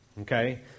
okay